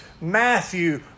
Matthew